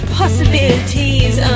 possibilities